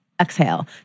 Exhale